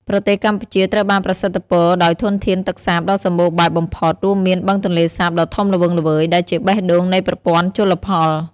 ប្រទេសកម្ពុជាត្រូវបានប្រសិទ្ធពរដោយធនធានទឹកសាបដ៏សម្បូរបែបបំផុត រួមមានបឹងទន្លេសាបដ៏ធំល្វឹងល្វើយ ដែលជាបេះដូងនៃប្រព័ន្ធជលផល។